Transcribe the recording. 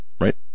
Right